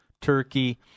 turkey